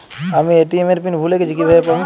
আমি এ.টি.এম এর পিন ভুলে গেছি কিভাবে পাবো?